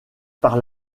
par